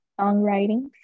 songwriting